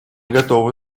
готовы